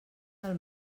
del